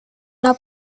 una